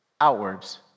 outwards